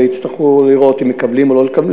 ויצטרכו לראות אם מקבלים או לא מקבלים.